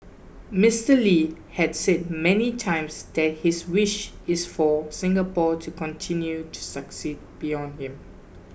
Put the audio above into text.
Mister Lee had said many times that his wish is for Singapore to continue to succeed beyond him